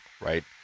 right